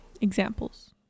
examples